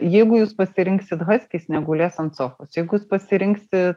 jeigu jūs pasirinksit haskį jis negulės ant sofos jeigu jūs pasirinksi